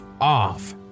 off